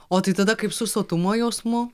o tai tada kaip su sotumo jausmu